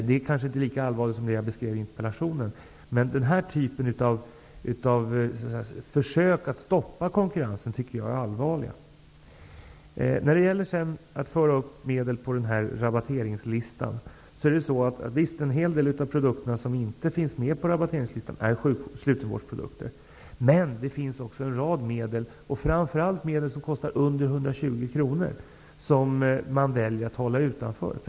Det är kanske inte lika allvarligt som det jag beskrivit i interpellationen. Men den här typen av försök att stoppa konkurrensen tycker jag är allvarliga. När det så gäller att föra upp medel på rabatteringslistan är det så att en hel del av de produkter som inte finns med på nämnda lista är slutenvårdsprodukter. Men det finns också en rad medel, framför allt medel som kostar mindre än 120 kr, som man väljer att hålla utanför.